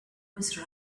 was